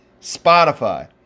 Spotify